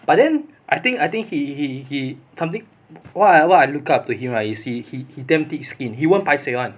but then I think I think he he he he something what I what I looked up to him lah is he he damn thick skinned he won't paiseh [one]